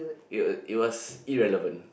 it it was irrelevant